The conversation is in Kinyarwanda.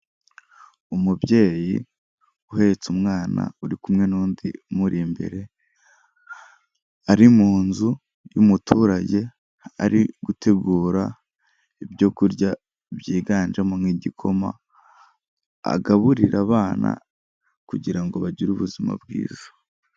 Umubyeyi uhetse umwana, uri kumwe n'undi umuri imbere ari mu nzu y'umuturage, ari gutegura ibyo kurya byiganjemo nk'igikoma agaburira abana kugira ngo bagire ubuzima bwiza.